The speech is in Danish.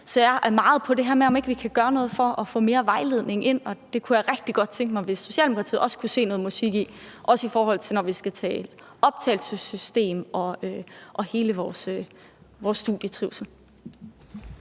Så jeg er meget på det her med, om vi ikke kan gøre noget for at få mere vejledning ind. Det kunne jeg rigtig godt tænke mig hvis Socialdemokratiet også kunne se noget musik i, også i forhold til når vi skal tale optagelsessystem og hele vores studietrivsel.